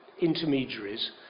intermediaries